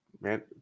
Man